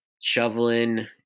shoveling